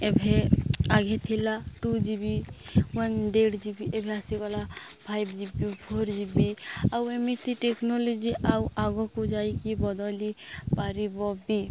ଏବେ ଆଗେ ଥିଲା ଟୁ ଜି ବି ୱାନ୍ ଡେଢ଼ ଜି ବି ଏବେ ଆସିଗଲା five G B four G B ଆଉ ଏମିତି ଟେକ୍ନୋଲୋଜି ଆଉ ଆଗକୁ ଯାଇକି ବଦଳି ପାରିବ ବି